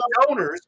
donors